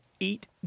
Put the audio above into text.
eight